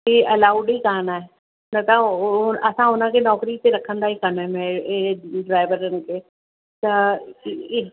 ही अलाउड ई कान आहे न त उहो उहो असां हुनखे नौकिरी ते रखंदा ई कान आहियूं अहिड़े ड्राइवरनि खे त ही